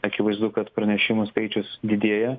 akivaizdu kad pranešimų skaičius didėja